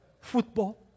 football